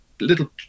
little